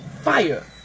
fire